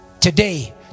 today